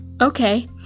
okay